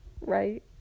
right